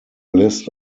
list